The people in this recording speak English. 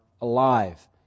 alive